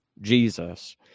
Jesus